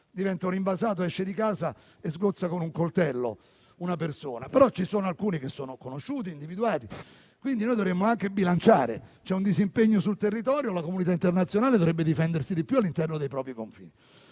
diventa un invasato, esce di casa e sgozza con un coltello una persona. Però ci sono alcuni soggetti che sono conosciuti e individuati. Dovremmo anche bilanciare: c'è un disimpegno sul territorio, quindi la comunità internazionale dovrebbe difendersi di più all'interno dei propri confini.